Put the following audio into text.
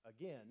again